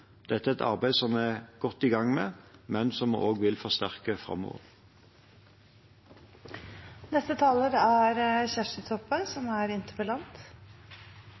Dette er et arbeid som vi er godt i gang med, men som vi også vil forsterke framover. Takk til statsråden for svaret. Eg er